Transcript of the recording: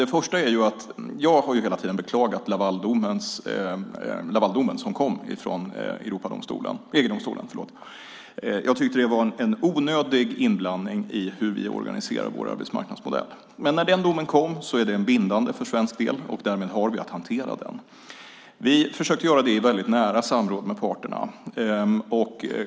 Det första är att jag hela tiden har beklagat Lavaldomen som kom från EG-domstolen. Jag tyckte att det var en onödig inblandning i den modell vi organiserar vår arbetsmarknad efter. Men när den domen kom var den bindande för svensk del. Därmed har vi att hantera den. Vi försökte göra det i väldigt nära samråd med parterna.